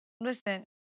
Listen